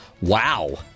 wow